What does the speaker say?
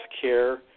care